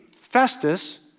Festus